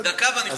דקה ואני חוזר.